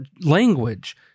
language